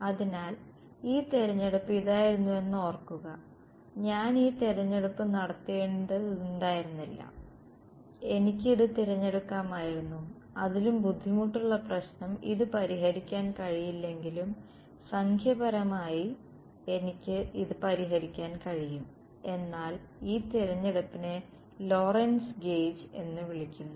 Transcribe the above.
അതിനാൽ ഈ തിരഞ്ഞെടുപ്പ് ഇതായിരുന്നുവെന്ന് ഓർക്കുക ഞാൻ ഈ തിരഞ്ഞെടുപ്പ് നടത്തേണ്ടതുണ്ടായിരുന്നില്ല എനിക്ക് ഇത് തിരഞ്ഞെടുക്കാമായിരുന്നു അതിലും ബുദ്ധിമുട്ടുള്ള പ്രശ്നം ഇത് പരിഹരിക്കാൻ കഴിയില്ലെങ്കിലും സംഖ്യാപരമായി എനിക്ക് ഇത് പരിഹരിക്കാൻ കഴിയും എന്നാൽ ഈ തിരഞ്ഞെടുപ്പിനെ ലോറന്റ്സ് ഗെയ്ജ് എന്ന് വിളിക്കുന്നു